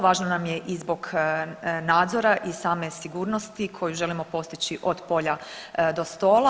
Važno nam je i zbog nadzora i same sigurnosti koju želimo postići od polja do stola.